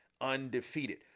undefeated